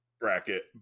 bracket